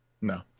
No